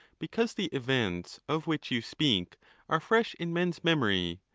because the events of which you speak are fresh in men s memory,